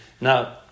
Now